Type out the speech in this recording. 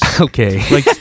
okay